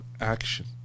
action